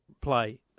Play